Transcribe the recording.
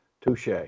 touche